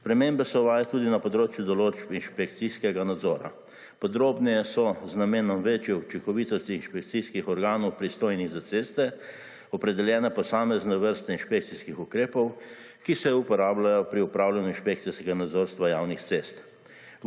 Spremembe so uvajajo tudi na področju določb inšpekcijskega nadzora. Podrobneje so z namenom večje učinkovitosti inšpekcijskih organov pristojni za ceste, opredeljene posamezne vrste inšpekcijskih ukrepov, ki se uporabljajo pri upravljanju inšpekcijskega nadzorstva javnih cest.